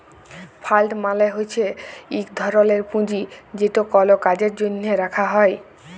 fund মালে হছে ইক ধরলের পুঁজি যেট কল কাজের জ্যনহে রাখা হ্যয়